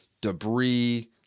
debris